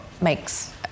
makes